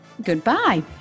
Goodbye